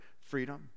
freedom